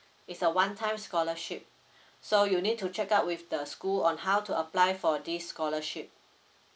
is a one time scholarship so you need to check out with the school on how to apply for this scholarship